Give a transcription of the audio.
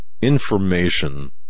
information